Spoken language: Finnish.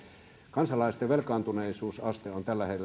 kansalaisten velkaantuneisuusaste on tällä